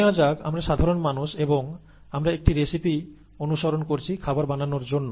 ধরে নেওয়া যাক আমরা সাধারন মানুষ এবং আমরা একটি রেসিপি অনুসরণ করছি খাবার বানানোর জন্য